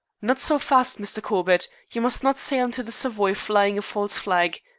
not so fast, mr. corbett. you must not sail into the savoy flying a false flag.